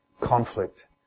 conflict